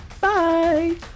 Bye